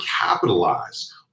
capitalize